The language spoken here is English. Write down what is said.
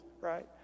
right